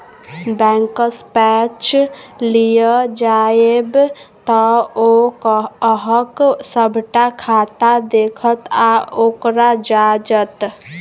बैंकसँ पैच लिअ जाएब तँ ओ अहॅँक सभटा खाता देखत आ ओकरा जांचत